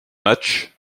matchs